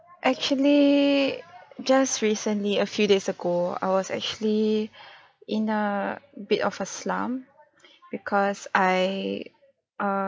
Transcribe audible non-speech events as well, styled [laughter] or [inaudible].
actually just recently a few days ago I was actually [breath] in a bit of a slum [breath] because I err